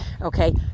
okay